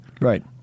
Right